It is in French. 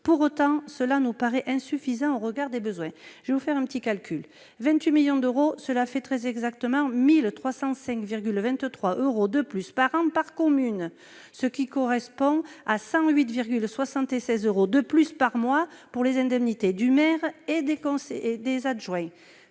seulement. Cela nous paraît néanmoins insuffisant au regard des besoins. Faisons un petit calcul : 28 millions d'euros, cela fait très exactement 1 305,23 euros de plus par an par commune, soit 108,76 euros de plus par mois pour les indemnités du maire et des adjoints.